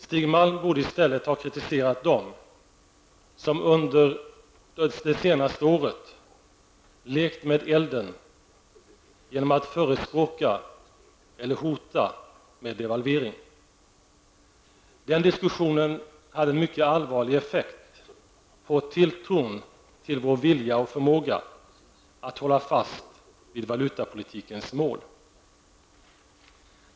Stig Malm borde i stället ha kritiserat dem som under det senaste året har lekt med elden genom att förespråka eller hota med devalvering. Den diskussionen hade en mycket allvarlig effekt på tilltron till vår vilja och förmåga att hålla fast vid valutapolitikens mål.